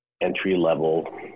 entry-level